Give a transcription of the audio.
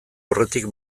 aurretik